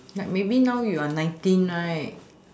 like maybe now you are nineteen right